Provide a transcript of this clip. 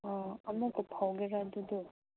ꯑꯣ ꯑꯃꯨꯛꯀ ꯐꯧꯒꯗ꯭ꯔ ꯑꯗꯨꯗꯨ